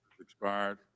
Expired